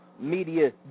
media